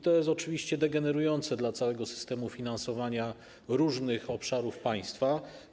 To jest oczywiście degenerujące dla całego systemu finansowania różnych obszarów państwa.